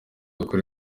gukora